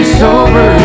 sober